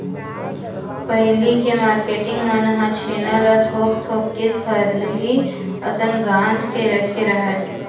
पहिली के मारकेटिंग मन ह छेना ल थोप थोप के खरही असन गांज के रखे राहय